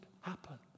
happen